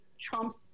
Trump's